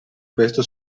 questo